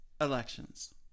elections